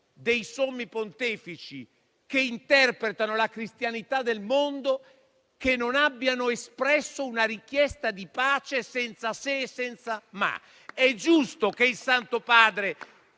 dei sommi pontefici, che interpretano la cristianità del mondo, che non abbiano espresso una richiesta di pace senza se e senza ma. È giusto che il Santo Padre